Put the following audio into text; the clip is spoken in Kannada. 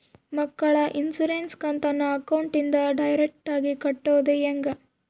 ಮಕ್ಕಳ ಇನ್ಸುರೆನ್ಸ್ ಕಂತನ್ನ ಅಕೌಂಟಿಂದ ಡೈರೆಕ್ಟಾಗಿ ಕಟ್ಟೋದು ಹೆಂಗ?